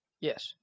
Yes